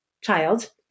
child